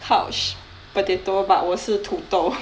couch potato but 我是土豆